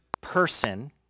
person